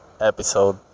episode